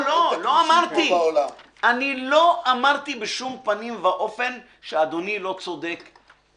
לא אמרתי בשום פנים ואופן שאדוני לא צודק.